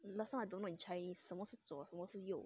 the last time I don't mind in chinese 什么是左什么是右